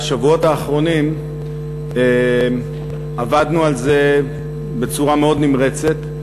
בשבועות האחרונים עבדנו על זה בצורה מאוד נמרצת.